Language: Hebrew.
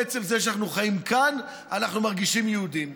בעצם זה שאנחנו חיים כאן אנחנו מרגישים יהודים,